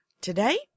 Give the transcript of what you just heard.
today